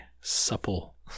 supple